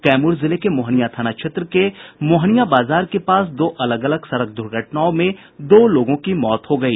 कैमूर जिले के मोहनिया थाना क्षेत्र में मोहनिया बाजार के पास दो अलग अलग सड़क दुर्घटनाओं में दो लोगों की मौत हो गयी